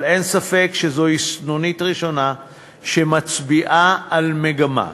אבל אין ספק שזוהי סנונית ראשונה שמצביעה על מגמה.